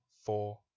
four